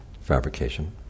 fabrication